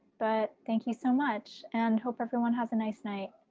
but thank you so much and hope everyone has a nice night.